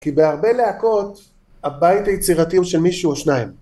כי בהרבה להקות הבית היצירתי הוא של מישהו או שניים